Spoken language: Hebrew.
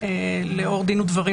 לאור דין ודברים